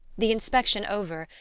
the inspection over,